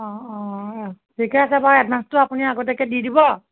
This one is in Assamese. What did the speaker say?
অঁ ঠিকে আছে বাৰু এডভাঞ্চটো আপুনি আগতীয়াকৈ দি দিব